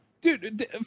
dude